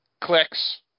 clicks